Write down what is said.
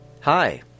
Hi